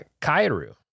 Kairu